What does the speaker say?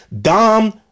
Dom